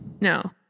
No